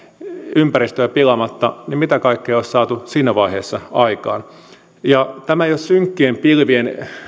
ympäristöä pilaamatta niin mitä kaikkea olisi saatu siinä vaiheessa aikaan tämä ei ole synkkien pilvien